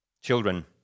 children